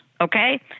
okay